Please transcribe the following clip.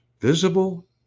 visible